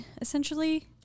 essentially